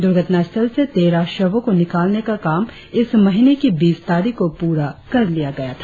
दुर्घटना स्थल से तेरह शवों को निकालने का काम इस महीने की बीस तारीख को पूरा कर लिया गया था